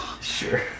Sure